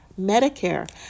Medicare